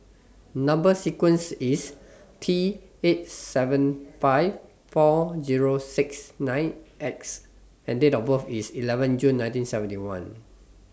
Number sequence IS T eight seven five four Zero six nine X and Date of birth IS eleven June nineteen seventy one